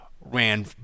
ran